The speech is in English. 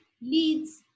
leads